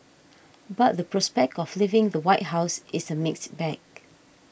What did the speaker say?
but the prospect of leaving the White House is a mixed bag